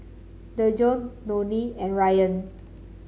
Dejon Nonie and Ryann